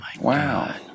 Wow